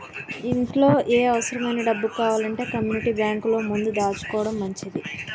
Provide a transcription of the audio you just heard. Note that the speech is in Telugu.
ఇంట్లో ఏ అవుసరమైన డబ్బు కావాలంటే కమ్మూనిటీ బేంకులో ముందు దాసుకోడం మంచిది